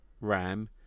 RAM